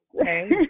okay